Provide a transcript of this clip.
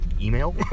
email